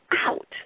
out